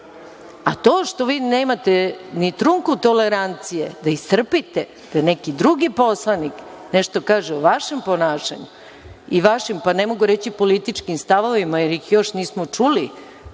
to što vi nemate ni trunku tolerancije da istrpite, da neki drugi poslanik nešto kaže o vašem ponašanju i vašim, pa ne mogu reći političkim stavovima jer ih još nismo čuli,